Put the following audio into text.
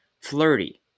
Flirty